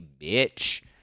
bitch